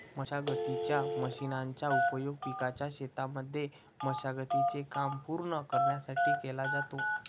मशागतीच्या मशीनचा उपयोग पिकाच्या शेतांमध्ये मशागती चे काम पूर्ण करण्यासाठी केला जातो